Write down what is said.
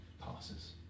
passes